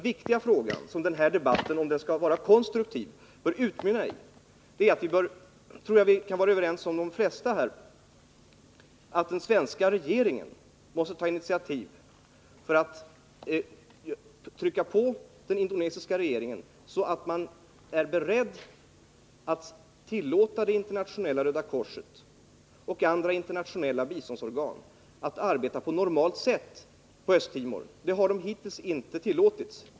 Vad denna debatt, om den skall vara konstruktiv, bör utmynna i — och det torde de flesta kunna hålla med om -— är att den svenska regeringen måste ta initiativ för att trycka på den indonesiska regeringen så att den är beredd att tillåta Internationella röda korset och andra internationella biståndsorgan att arbeta på normalt sätt i Östtimor. Det har de hittills inte tillåtits.